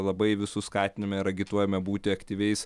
labai visus skatiname ir agituojame būti aktyviais